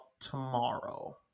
tomorrow